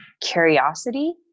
curiosity